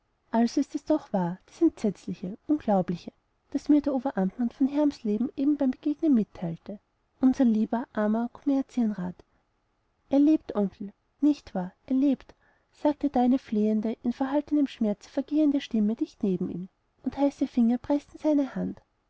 also ist es doch wahr das entsetzliche unglaubliche das mir der oberamtmann von hermsleben eben beim begegnen mitteilte unser lieber armer kommerzienrat er lebt onkel nicht wahr er lebt sagte da eine flehende in verhaltenem schmerz vergehende stimme dicht neben ihm und heiße finger preßten seine hand